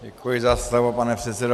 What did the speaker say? Děkuji za slovo, pane předsedo.